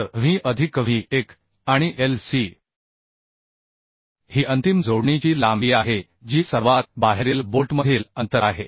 तरW अधिकW 1 आणि Lc ही अंतिम जोडणीची लांबी आहे जी सर्वात बाहेरील बोल्टमधील अंतर आहे